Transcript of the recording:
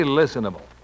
listenable